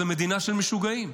זו מדינה של משוגעים.